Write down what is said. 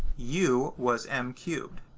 u was m cubed.